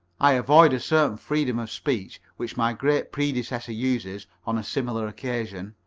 i avoid a certain freedom of speech which my great predecessor uses on a similar occasion.